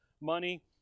money